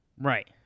Right